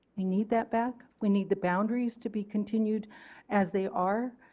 we need that back we need the boundaries to be continued as they are.